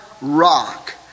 rock